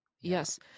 Yes